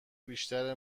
بیشتر